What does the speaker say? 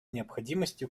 необходимости